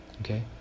okay